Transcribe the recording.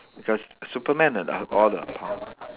does Superman and have all the power